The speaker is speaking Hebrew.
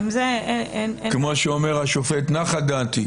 כמו שאומר השופט "נחה דעתי".